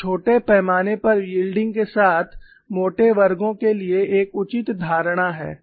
यह छोटे पैमाने पर यील्डइंग के साथ मोटे वर्गों के लिए एक उचित धारणा है